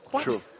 True